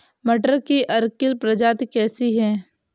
मटर की अर्किल प्रजाति कैसी है?